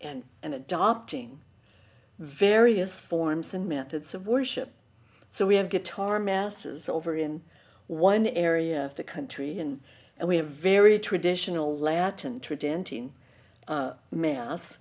and and adopting various forms and methods of worship so we have guitar masses over in one area of the country and we have a very traditional